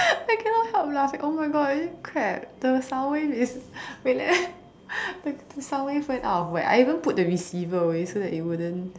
i cannot help laughing oh my God crap the sound wave is wait let me the sound wave went out of whack I even put the receiver away so that it wouldn't